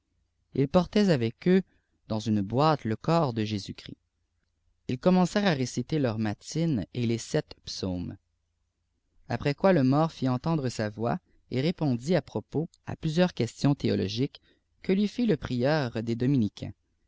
ils portaient avec eux dans une boite le corps de jésuschrist ils commencèrent à réciter leurs matines et les sept psaumes après quoi le mort fit entendre sa voix et répondit à propos à plusieurs questions théologiques que lui fit le prieur des